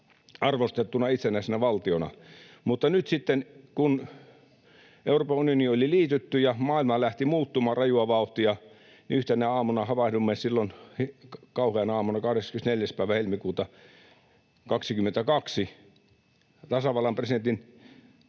arvostettuna itsenäisenä valtiona, mutta nyt sitten, kun Euroopan unioniin oli liitytty ja maailma lähti muuttumaan rajua vauhtia, niin yhtenä aamuna havahduimme, silloin kauheana aamuna 24. helmikuuta 22, tasavallan presidentin